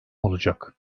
olacak